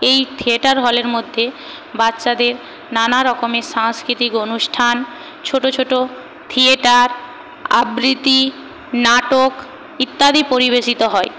এই থিয়েটার হলের মধ্যে বাচ্চাদের নানারকমের সাংস্কৃতিক অনুষ্ঠান ছোটো ছোটো থিয়েটার আবৃত্তি নাটক ইত্যাদি পরিবেশিত হয়